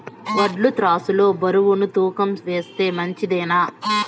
వడ్లు త్రాసు లో బరువును తూకం వేస్తే మంచిదేనా?